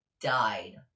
died